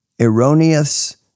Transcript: Erroneous